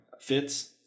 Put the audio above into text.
fits